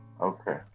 Okay